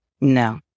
No